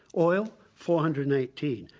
oil four hundred and eighteen.